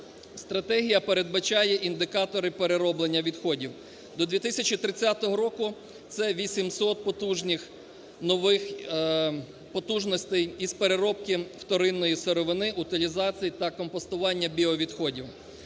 Стратегія передбачає індикатори перероблення відходів. До 2030 року це 800 потужних… нових потужностей із переробки вторинної сировини, утилізації та компостування біовідходів.